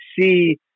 see